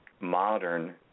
modern